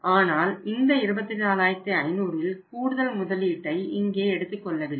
ஆனால் இந்த 24500 இல் கூடுதல் முதலீட்டை இங்கே எடுத்துக் கொள்ளவில்லை